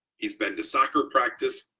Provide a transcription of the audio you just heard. he's been to soccer practice,